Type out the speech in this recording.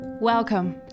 Welcome